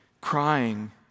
Crying